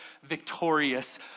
victorious